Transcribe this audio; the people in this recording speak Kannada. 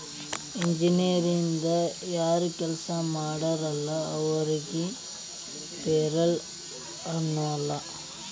ಏಜನ್ಸಿಯಿಂದ ಯಾರ್ ಕೆಲ್ಸ ಮಾಡ್ತಾರಲ ಅವರಿಗಿ ಪೆರೋಲ್ಲರ್ ಅನ್ನಲ್ಲ